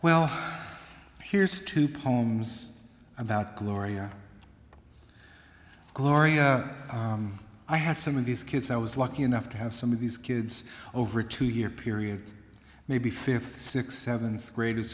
well here's two poems about gloria gloria i had some of these kids i was lucky enough to have some of these kids over a two year period maybe fifth sixth seventh graders